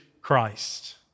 Christ